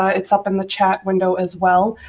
ah it's up in the chat window as well.